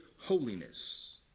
holiness